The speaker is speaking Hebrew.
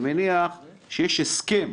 אני מניח שיש הסכם.